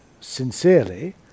sincerely